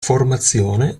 formazione